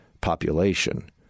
population